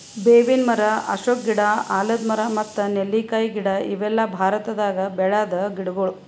ಬೇವಿನ್ ಮರ, ಅಶೋಕ ಗಿಡ, ಆಲದ್ ಮರ ಮತ್ತ್ ನೆಲ್ಲಿಕಾಯಿ ಗಿಡ ಇವೆಲ್ಲ ಭಾರತದಾಗ್ ಬೆಳ್ಯಾದ್ ಗಿಡಗೊಳ್